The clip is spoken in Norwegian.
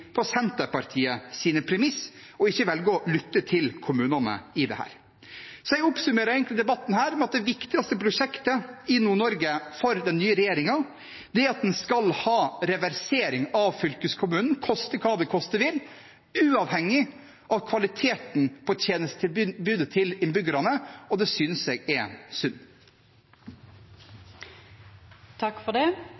på Senterpartiets premisser – en velger å ikke lytte til kommunene når det gjelder dette. Jeg oppsummerer egentlig debatten her med at det viktigste prosjektet i Nord-Norge for den nye regjeringen er at en skal ha reversering av fylkeskommunen, koste hva det koste vil, uavhengig av kvaliteten på tjenestetilbudet til innbyggerne. Det synes jeg er